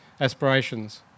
aspirations